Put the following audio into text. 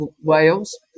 Wales